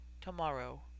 tomorrow